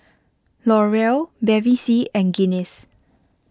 L'Oreal Bevy C and Guinness